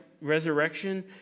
resurrection